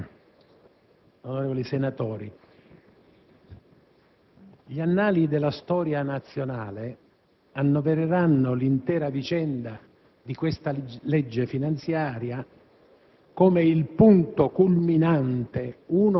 Onorevole Presidente, onorevoli senatori, gli annali della storia nazionale annovereranno l'intera vicenda di questa legge finanziaria